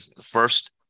First